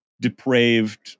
depraved